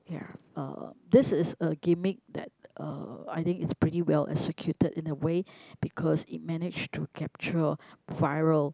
ya uh this is a gimmick that uh I think is pretty well executed in a way because it managed to capture viral